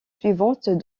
suivante